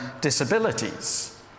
disabilities